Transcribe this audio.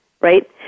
right